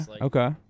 okay